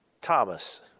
Thomas